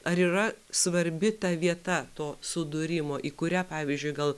ar yra svarbi ta vieta to sudūrimo į kurią pavyzdžiui gal